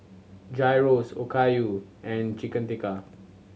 Gyros Okayu and Chicken Tikka